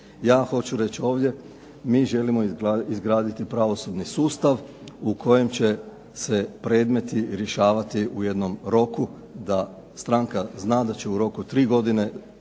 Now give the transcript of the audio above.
Ja hoću reći ovdje, mi želimo izgraditi pravosudni sustav u kojem će se predmeti rješavati u jednom roku da stranka zna da će u roku od 3 godine u